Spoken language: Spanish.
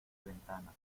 ventana